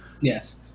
Yes